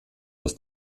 dass